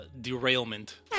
derailment